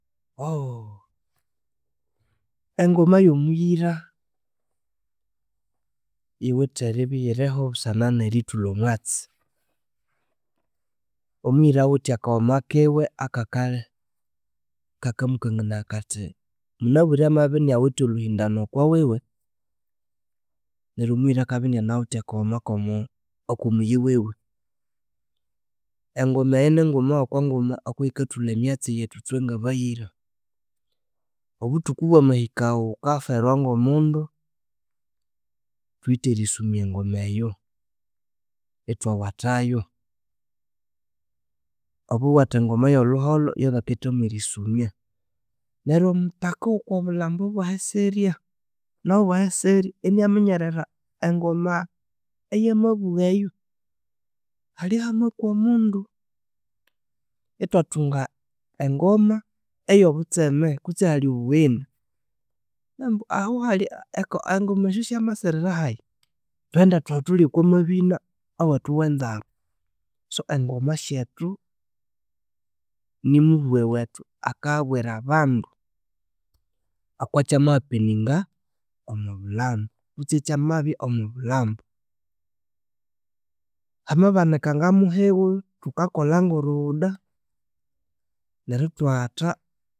engoma yomuyira yiwithe eribya eyiriho busana nerithulha omwatsi. Omuyira awithe akawoma kiwe akakale kakamukanganaya kathi munabire amabya inawuthe olhuhindanu okowiwe, neryo omuyira akabya inanawuthe akawoma komo akomuyi wiwe. Engoma eyo ninguma yoko ngoma okoyikathulha emyatsi yethu ithwengabayira. Obuthuku bwamahika wukaferwa ngomundu thuwithe erisumya engoma eyo ithwawathayo. Obuwatha engoma eyolhuholho yabaketha mwerisumya, neryo omuthaka owokobulhambu bwehisirya, nowahisirya inaminyerera engoma eyamabuwa eyo halya hamakwa omundu. Ithwathunga engoma eyobutseme kutsi ahalhi obuwegheni nambu ahu engoma esyo syamasirirahayi thwende thuhothole oko mabina awethu wenzaro. So engoma syethu nimubuweghe wethu akabwera abandu okokyama happening omobulhambu, kutsi ekyamabya omobulhambu. Hamabanika ngamuhiwu thukakolha ngoruwuda neryo thwatha